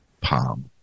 palm